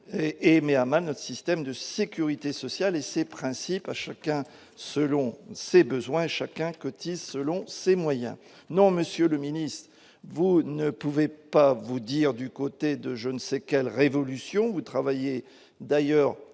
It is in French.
et met à mal notre système de sécurité sociale et ses principes, à chacun selon ses besoins : chacun cotise selon ses moyens, non, monsieur le Ministre, vous ne pouvez pas vous dire du côté de je ne sais quelle révolution, vous travaillez d'ailleurs